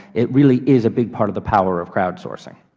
it really is a big part of the power of crowdsourcing.